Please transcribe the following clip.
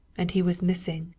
and he was missing.